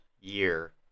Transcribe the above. year